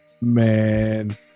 man